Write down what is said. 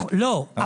לא.